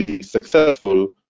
successful